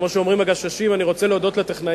וכמו שאומרים הגששים: "אני רוצה להודות לטכנאים"